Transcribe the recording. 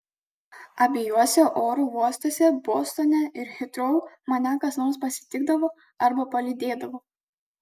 abiejuose oro uostuose bostone ir hitrou mane kas nors pasitikdavo arba palydėdavo